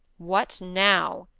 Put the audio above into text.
what now?